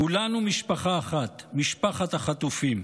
כולנו משפחה אחת, משפחת החטופים,